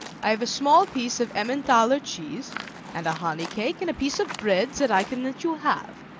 i have a small piece of emmenthaler cheese and a honey-cake and a piece of bread that i can let you have.